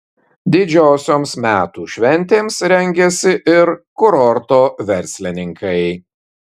didžiosioms metų šventėms rengiasi ir kurorto verslininkai